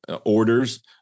orders